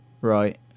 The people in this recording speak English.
Right